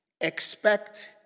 expect